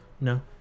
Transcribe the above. No